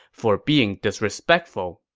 for being disrespectful